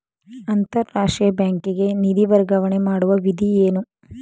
ಅಂತಾರಾಷ್ಟ್ರೀಯ ಬ್ಯಾಂಕಿಗೆ ನಿಧಿ ವರ್ಗಾವಣೆ ಮಾಡುವ ವಿಧಿ ಏನು?